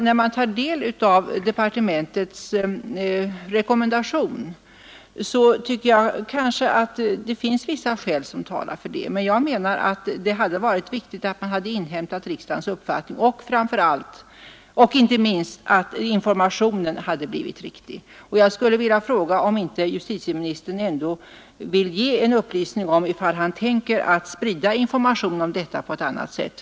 När man tar del av departementets rekommendation, tycker jag att det finns vissa skäl som talar för den. Jag menar att det hade varit viktigt att man inhämtat riksdagens uppfattning och inte minst att informationen hade blivit riktig. Jag skulle vilja fråga om inte justitieministern ändå vill ge en upplysning huruvida han tänker sprida information om detta på ett helt annat sätt.